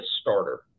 starter